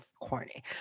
corny